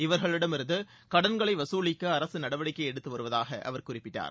இவர்களிடமிருந்து கடன்களை வசூலிக்க அரசு நடவடிக்கை எடுத்துவருவதாக அவர் குறிப்பிட்டார்